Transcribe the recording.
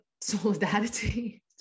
solidarity